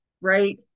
Right